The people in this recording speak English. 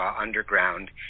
Underground